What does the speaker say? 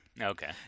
Okay